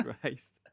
Christ